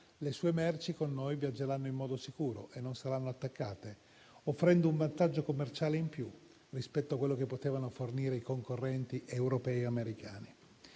le sue merci con loro viaggeranno in modo sicuro e non saranno attaccate, offrendo un vantaggio commerciale in più rispetto a quello che potevano fornire i concorrenti europei e americani.